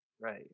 Right